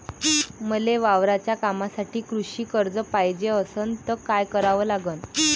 मले वावराच्या कामासाठी कृषी कर्ज पायजे असनं त काय कराव लागन?